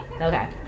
Okay